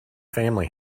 family